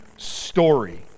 story